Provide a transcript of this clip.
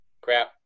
crap